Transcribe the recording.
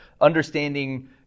understanding